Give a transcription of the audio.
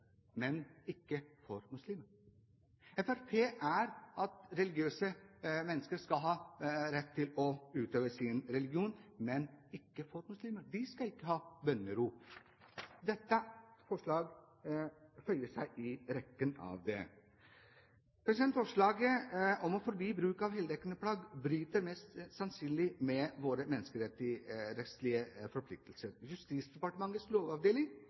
men det skal ikke gjelde for muslimer. Fremskrittspartiet er for at religiøse mennesker skal ha rett til å utøve sin religion, men ikke muslimer – vi skal ikke ha bønnerop. Dette forslaget føyer seg inn i rekken. Forslaget om å forby bruk av heldekkende plagg bryter mest sannsynlig med våre menneskerettslige forpliktelser. Justisdepartementets lovavdeling